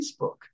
Facebook